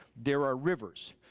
there are rivers.